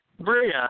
Bria